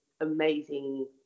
amazing